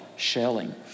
shelling